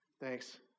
Thanks